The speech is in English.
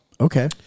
Okay